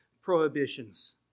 prohibitions